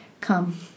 come